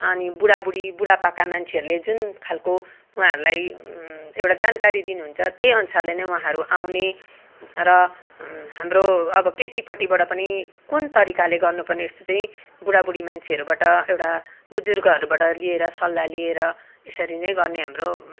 अनि बुढा बुढी बुढापाका मान्छेहरूले जुन खाले उहाँहरूलाई एउटा जानकारी दिनु हुन्छ त्यही अनुसारले नै उहाँहरू आउने र हाम्रो अब केटीपट्टिबाट पनि कुन तरिकाले गर्नु पर्ने यस्तो चाहिँ बुढा बुढी मान्छेहरूबाट एउटा बुजुर्गहरूबाट लिएर सल्लाह लिएर यसरी नै गर्ने हाम्रो